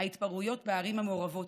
ההתפרעויות בערים המעורבות,